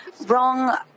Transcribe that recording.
wrong